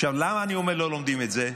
למה אני אומר שלא לומדים את זה?